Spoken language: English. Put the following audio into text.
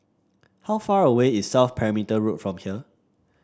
how far away is South Perimeter Road from here